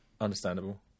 Understandable